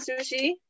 sushi